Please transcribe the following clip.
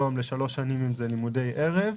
יום ושלוש שנים אם זה לימודי ערב.